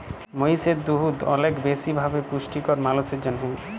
মহিষের দুহুদ অলেক বেশি ভাবে পুষ্টিকর মালুসের জ্যনহে